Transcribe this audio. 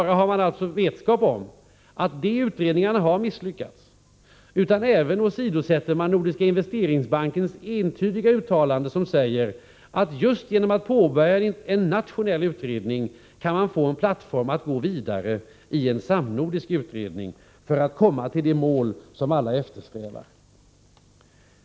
Man har inte bara vetskap om att sådana utredningar har misslyckats, utan man åsidosätter även Nordiska investeringsbankens entydiga uttalande, som säger att man just genom att påbörja en nationell utredning kan få en plattform för att gå vidare i en samnordisk utredning för att komma till det mål som alla eftersträvar.